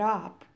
up